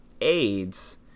AIDS